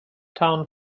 town